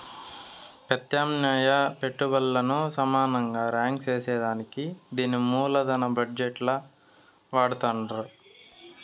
పెత్యామ్నాయ పెట్టుబల్లను సమానంగా రాంక్ సేసేదానికే దీన్ని మూలదన బజెట్ ల వాడతండారు